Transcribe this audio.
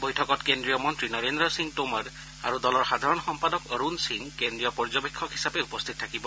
বৈঠকত কেদ্ৰীয় মন্নী নৰেন্দ্ৰ সিং টোমৰ আৰু দলৰ সাধাৰণ সম্পাদক অৰুণ সিং কেদ্ৰীয় পৰ্যবেক্ষক হিচাপে উপস্থিত থাকিব